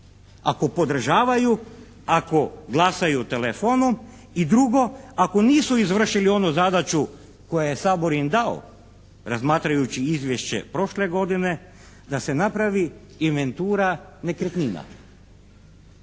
Ako podržavaju, ako glasaju telefonom i drugo, ako nisu izvršili onu zadaću koju im je Sabor dao, razmatrajući izvješće prošle godine, da se napravi inventura nekretnina.